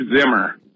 Zimmer